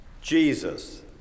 Jesus